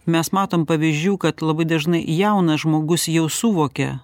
mes matom pavyzdžių kad labai dažnai jaunas žmogus jau suvokia